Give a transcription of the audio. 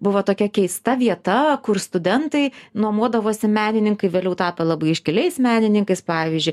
buvo tokia keista vieta kur studentai nuomuodavosi menininkai vėliau tapę labai iškiliais menininkais pavyzdžiui